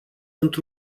într